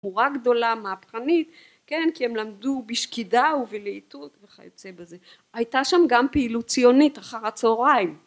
תמורה גדולה מהפכנית כן, כי הם למדו בשקידה ובלהיטות וכיוצא בזה, הייתה שם גם פעילות ציונית אחר הצהריים